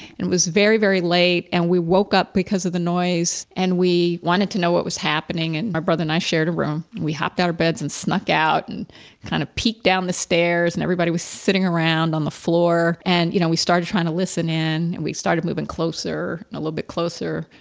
was very, very late, and we woke up because of the noise and we wanted to know what was happening and my brother and i shared a room. we hopped out of beds and snuck out and kind of peek down the stairs and everybody was sitting around on the floor. and you know, we started trying to listen in and we started moving closer, a little bit closer.